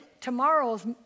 tomorrow's